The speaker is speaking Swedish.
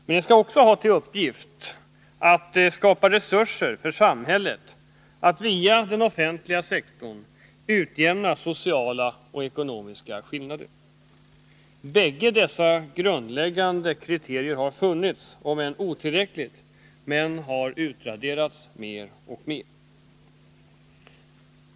Men det skall också ha till uppgift att skapa resurser för samhället att via den offentliga sektorn utjämna sociala och ekonomiska skillnader. Bägge dessa grundläggande kriterier har funnits, om än otillräckligt, men de har mer och mer utraderats.